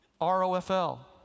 R-O-F-L